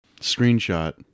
screenshot